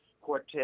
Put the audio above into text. quartet